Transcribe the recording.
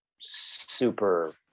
super